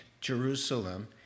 Jerusalem